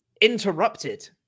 interrupted